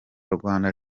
rwanda